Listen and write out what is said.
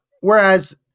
Whereas